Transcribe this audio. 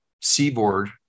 Seaboard